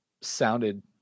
sounded